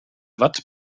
watt